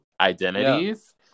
identities